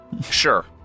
Sure